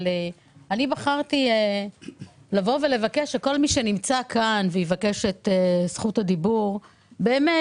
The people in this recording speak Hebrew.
אני בחרתי לבקש שכל מי שנמצא כאן ויבקש את רשות הדיבור באמת